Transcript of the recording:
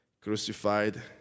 Crucified